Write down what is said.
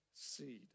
seed